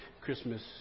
Christmas